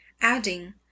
adding